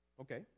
Okay